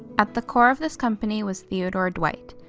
at the core of this company was theodore dwight,